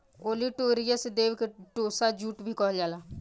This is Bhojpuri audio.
ओलीटोरियस देव के टोसा जूट भी कहल जाला